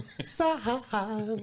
side